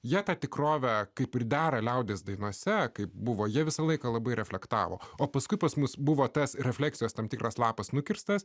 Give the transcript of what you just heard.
jie tą tikrovę kaip ir dera liaudies dainose kaip buvo jie visą laiką labai reflektavo o paskui pas mus buvo tas refleksijos tam tikras lapas nukirstas